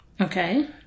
Okay